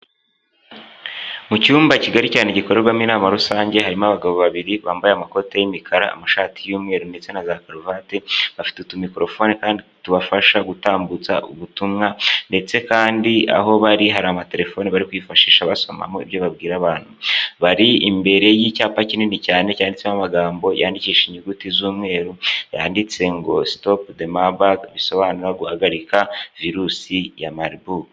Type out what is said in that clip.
Mu cyumba kigari cyane gikorwamo inama rusange harimo abagabo babiri bambaye amakoti y'imikara, amashati y'umweru ndetse na za karuvati. Bafite utumiKorofone kandi tubafasha gutambutsa ubutumwa. Ndetse kandi aho bari hari amatelefoni bari kwifashisha basomamo ibyo babwira abantu. Bari imbere y'icyapa kinini cyane cyanditseho amagambo yandikishije inyuguti z'umweru, yanditse ngo stop the marburg bisobanura guhagarika virusi ya mariburu.